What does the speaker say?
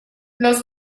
los